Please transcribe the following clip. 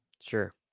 Sure